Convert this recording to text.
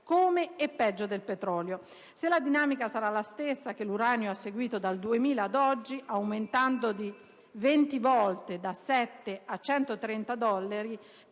come e peggio del petrolio. Se la dinamica sarà la stessa che l'uranio ha seguito dal 2000 ad oggi, aumentando di venti volte da 7 a 130 dollari